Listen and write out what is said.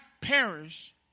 perish